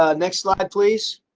ah next slide please.